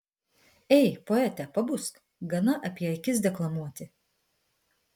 ei poete pabusk gana apie akis deklamuoti